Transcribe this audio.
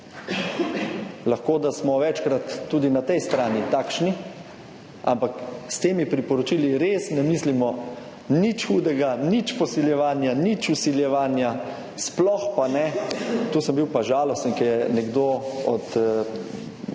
Lahko da smo večkrat tudi na tej strani takšni, ampak s temi priporočili res ne mislimo nič hudega, nič posiljevanja, nič vsiljevanja, sploh pa ne – to sem bil pa žalosten, ko je nekdo od